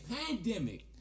pandemic